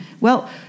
Well-